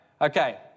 okay